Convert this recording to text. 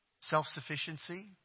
self-sufficiency